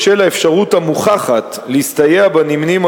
בשל האפשרות המוכחת להסתייע בנמנים עם